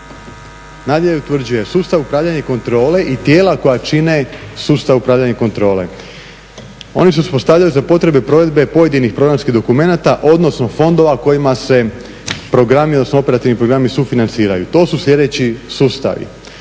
nadalje utvrđuje sustav upravljanja i kontrole i tijela koja čine sustav upravljanja i kontrole. Oni se uspostavljaju za potrebe provedbe pojedinih programskih dokumenata odnosno fondova kojima se programi odnosno operativni programi sufinanciraju. To su sljedeći sustavi: